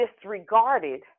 disregarded